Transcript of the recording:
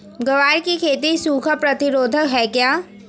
ग्वार की खेती सूखा प्रतीरोधक है क्या?